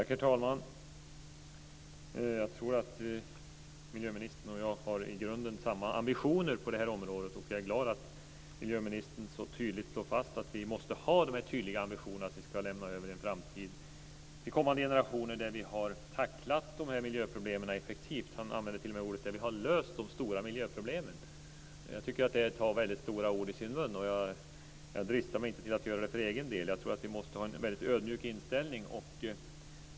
Herr talman! Jag tror att miljöministern och jag i grunden har samma ambitioner på det här området. Jag är glad att miljöministern så tydligt slår fast att vi måste ha den tydliga ambitionen att vi ska lämna över en framtid till kommande generationer där vi effektivt har tacklat de här miljöproblemen. Han använder t.o.m. uttrycket "där vi har löst de stora miljöproblemen". Jag tycker att det är att ta väldigt stora ord i sin mun och dristar mig inte att göra det för egen del. Jag tror att vi måste ha en väldigt ödmjuk inställning.